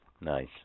Nice